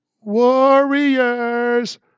Warriors